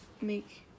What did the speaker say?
make